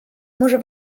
może